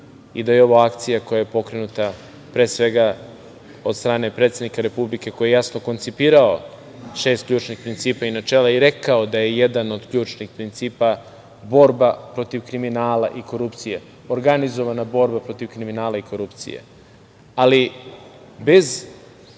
i da je ovo akcija koja je pokrenuta, pre svega od strane predsednika republike, koji jasno koncipirao šest ključnih principa načela i rekao da je jedan od ključnih principa borba protiv kriminala i korupcije, organizovana borba protiv kriminala i korupcije. Ali, bez